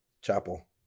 chapel